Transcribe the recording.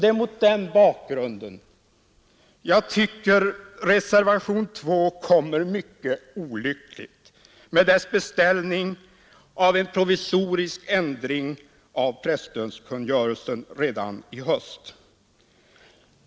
Det är mot den bakgrunden jag tycker att reservationen 2 kommer mycket olyckligt med dess beställning av en provisorisk ändring av presstödskungörelsen redan i höst.